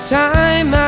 time